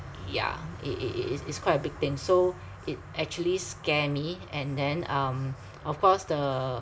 yeah it it it it's it's quite a big thing so it actually scare me and then um of course the